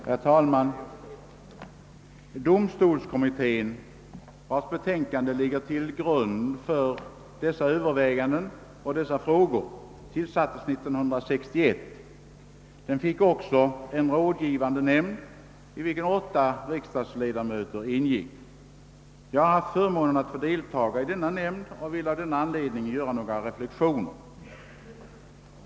Herr talman! Domstolskommittén, vars betänkande ligger till grund för dessa överväganden och frågor, tillsattes år 1961. Den fick också en rådgivande nämnd i vilken åtta riksdagsledamöter ingick. Jag har haft förmånen att få delta i denna nämnd och vill av denna anledning göra några reflexioner.